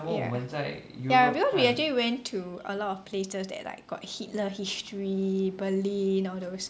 ya ya because we actually went to a lot of places that like got Hitler history Berlin all those